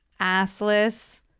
assless